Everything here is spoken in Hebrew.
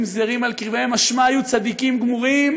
זרים על קבריהם משל היו צדיקים גמורים,